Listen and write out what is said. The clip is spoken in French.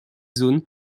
zones